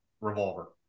revolver